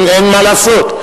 אין מה לעשות.